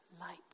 light